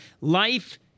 Life